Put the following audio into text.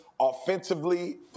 offensively